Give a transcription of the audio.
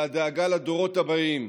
אלא הדאגה לדורות הבאים.